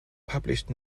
published